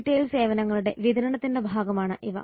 retail സേവനങ്ങളുടെ വിതരണത്തിന്റെ ഭാഗമാണ് ഇവ